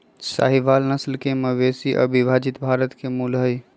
साहीवाल नस्ल के मवेशी अविभजित भारत के मूल हई